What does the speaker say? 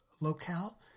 locale